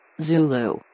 Zulu